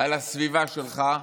על הסביבה שלך,